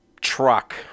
truck